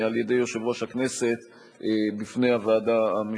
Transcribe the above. על-ידי יושב-ראש הכנסת בפני הוועדה המשותפת.